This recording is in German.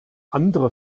andere